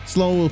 Slow